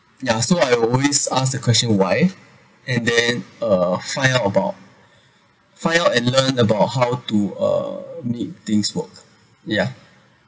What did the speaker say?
yeah so I always ask the question why and then uh find out about find out and learn about how to uh make things work ya